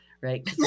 right